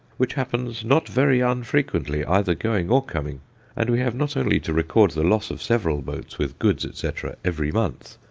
which happens not very unfrequently either going or coming and we have not only to record the loss of several boats with goods, etc, every month,